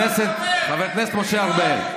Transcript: שכחתם, להעמיס את החרדים על מריצה למזבלה.